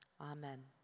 Amen